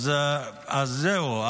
אז זהו.